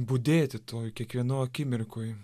budėti toj kiekvienoj akimirkoj